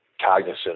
cognizant